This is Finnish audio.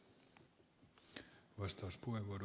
arvoisa puhemies